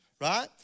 right